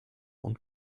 und